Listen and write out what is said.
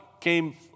came